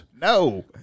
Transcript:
No